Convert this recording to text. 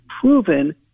proven